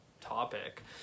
topic